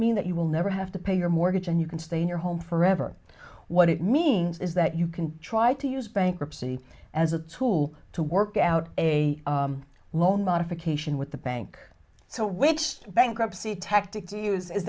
mean that you will never have to pay your mortgage and you can stay in your home forever what it means is that you can try to use bankruptcy as a tool to work out a loan modification with the bank so which bankruptcy tactic